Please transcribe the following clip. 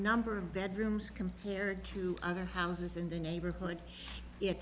number of bedrooms compared to other houses in the neighborhood